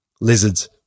Lizards